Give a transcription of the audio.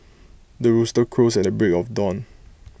the rooster crows at the break of dawn